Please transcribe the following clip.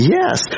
Yes